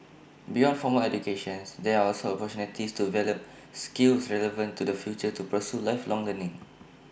beyond formal educations there are also opportunities to develop skills relevant to the future to pursue lifelong learning